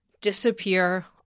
disappear